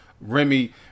Remy